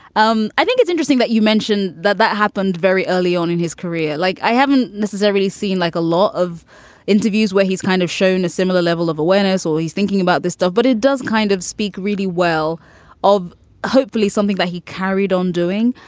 um i think it's interesting that you mentioned that that happened very early on in his career. like, i haven't necessarily seen like a lot of interviews where he's kind of shown a similar level of awareness or he's thinking about this stuff. but it does kind of speak really well of hopefully something that he carried on doing.